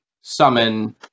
summon